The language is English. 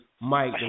Mike